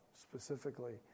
specifically